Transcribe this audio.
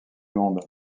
monde